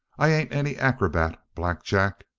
i ain't any acrobat, black jack!